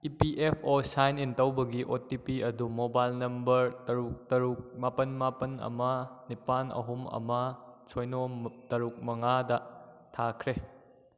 E P F O sign in ꯇꯧꯕꯒꯤ O T P ꯑꯗꯨ mobile number ꯇꯔꯨꯛ ꯇꯔꯨꯛ ꯃꯥꯄꯜ ꯃꯥꯄꯜ ꯑꯃ ꯅꯤꯄꯥꯜ ꯑꯍꯨꯝ ꯑꯃ ꯁꯤꯅꯣ ꯇꯔꯨꯛ ꯃꯉꯥꯗ ꯊꯥꯈ꯭ꯔꯦ